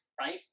Right